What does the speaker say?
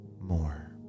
more